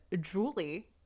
Julie